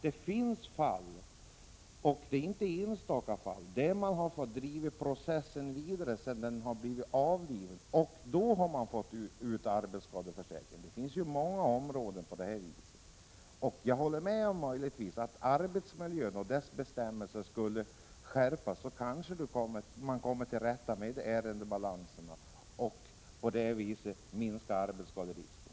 Det finns fall — och det är inte enstaka fall — där processen har fått drivas vidare efter det att den skadade avlidit. Då har man fått ut ersättning från arbetsskadeförsäkringen. Det finns många områden där det är på det sättet. Jag håller möjligtvis med om att ifall arbetsmiljön skulle förbättras och bestämmelserna kring den skärpas, skulle man kanske komma till rätta med ärendebalansen och på det viset minska arbetsskaderisken.